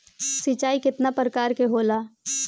सिंचाई केतना प्रकार के होला?